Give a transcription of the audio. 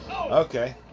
Okay